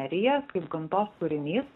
nerija kaip gamtos kūrinys